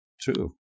True